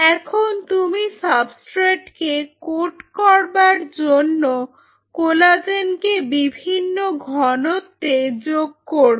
এখন তুমি সাবস্ট্রেটকে কোট করবার জন্য কোলাজেনকে বিভিন্ন ঘনত্বে যোগ করবে